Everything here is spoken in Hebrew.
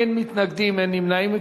אין מתנגדים, אין נמנעים.